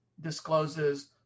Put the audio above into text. discloses